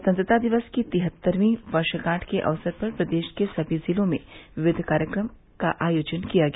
स्वतंत्रता दिवस की तिहत्तरवीं वर्षगांठ के अवसर पर प्रदेश के सभी जिलों में विविध कार्यक्रमों का आयोजन किया गया